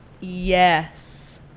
Yes